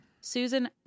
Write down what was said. Susan